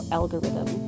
algorithm